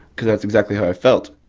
cause that's exactly how i felt.